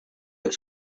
its